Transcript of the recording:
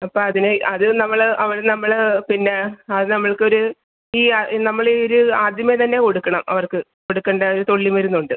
അപ്പോൾ അതിന് അത് നമ്മൾ അവർ നമ്മൾ പിന്നെ അത് നമ്മൾക്കൊരു ഈ ആ നമ്മൾ ഒരു ആദ്യമേ തന്നെ കൊടുക്കണം അവർക്ക് കൊടുക്കേണ്ട ഒരു തുള്ളി മരുന്നുണ്ട്